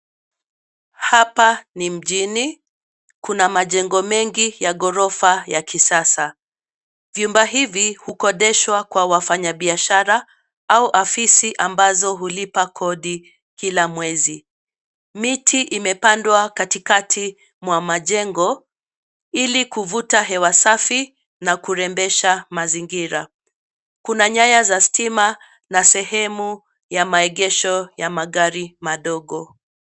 Hapa ni mjini. Kuna majengo mengi ya gorofa ya kisasa. Vyumba hivi hukodeshwa kwa wafanya biashara au ofisi ambazo hulipa kodi kila mwezi. Miti imepandwa katikati mwa majengo, ili kuvuta hewa safi na kurembesha mazingira. Kuna nyaya za stima na sehemu ya maegesho ya magari madogo.